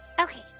Okay